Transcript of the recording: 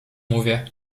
mówię